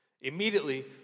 Immediately